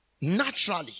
naturally